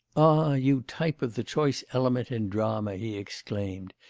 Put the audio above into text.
you type of the choice element in drama he exclaimed,